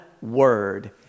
word